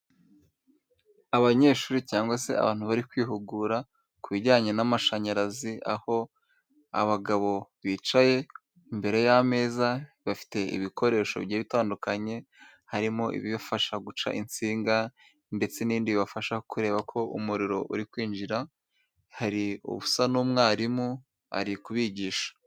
Abanyeshuri cyangwa se abantu bari kwihugura ku bijyanye n'amashanyarazi aho abagabo bicaye imbere y'ameza bafite ibikoresho bigiiye bitandukanye, harimo ibibafasha guca insinga ndetse n'ibindi bibafasha kureba ko umuriro uri kwinjira hari usa n'umwarimu ari kubigisha.